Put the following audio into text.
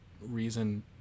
reason